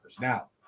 Now